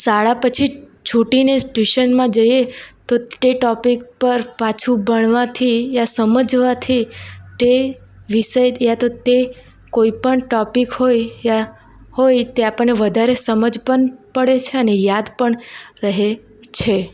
શાળા પછી જ છૂટીને ટ્યુશનમાં જઈએ તો તે ટોપિક પર પાછું ભણવાથી યા સમજવાથી તે વિષય યા તો તે કોઈપણ ટોપિક હોય યા હોય તે આપણને વધારે સમજ પણ પડે છે અને યાદ પણ રહે છે